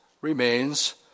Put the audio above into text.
remains